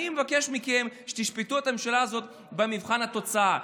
אני מבקש מכם שתשפטו את הממשלה הזאת במבחן התוצאה.